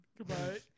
Goodbye